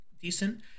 decent